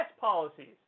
policies